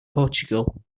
portugal